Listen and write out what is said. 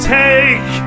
take